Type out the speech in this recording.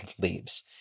leaves